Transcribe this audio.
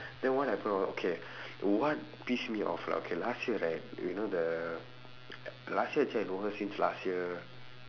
then what happened was okay what pissed me off lah okay last year right you know the last year actually I know her since last year